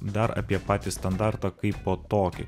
dar apie patį standartą kaipo tokį